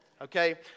Okay